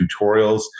tutorials